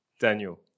Daniel